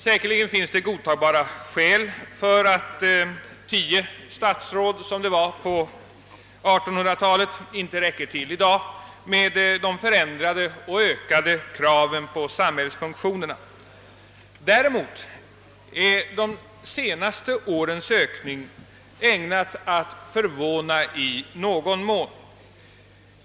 Säkerligen finns det godtagbara skäl för att 10 statsråd, det antal man hade på 1800-talet, inte räcker till i dag med de förändrade och ökade kraven på samhällsfunktionerna. Däremot är de senaste årens ökning ägnad att förvåna i någon mån.